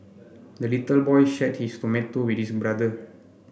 the little boy shared his tomato with his brother